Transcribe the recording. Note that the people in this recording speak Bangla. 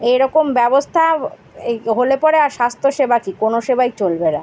এই রকম ব্যবস্থা এই হলে পরে আর স্বাস্থ্য সেবা কী কোনো সেবাই চলবে না